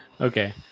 okay